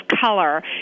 color